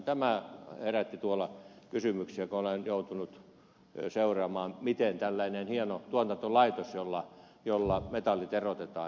tämä herätti kysymyksiä kun olen tuolla joutunut seuraamaan miten tällainen hieno tuotantolaitos jossa metallit erotetaan jätteistä toimii